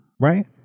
right